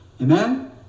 Amen